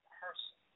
person